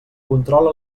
controla